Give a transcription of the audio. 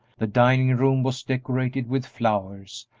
the dining-room was decorated with flowers,